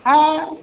হ্যাঁ